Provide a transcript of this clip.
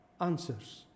answers